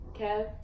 Kev